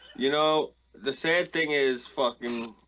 you know the same thing is fucking